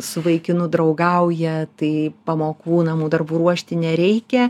su vaikinu draugauja tai pamokų namų darbų ruošti nereikia